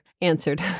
answered